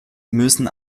müssen